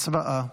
הצבעה.